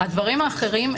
הדברים האחרים,